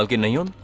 and yeah um